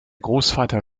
großvater